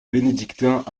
bénédictins